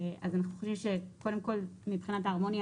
אז אנחנו חושבים שקודם כל מבחינת ההרמוניה